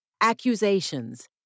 accusations